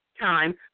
time